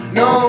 no